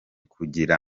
kugira